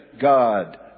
God